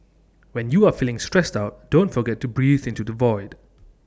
when you are feeling stressed out don't forget to breathe into the void